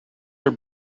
are